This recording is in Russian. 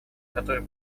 который